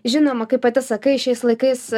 žinoma kaip pati sakai šiais laikais